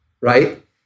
Right